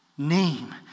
Name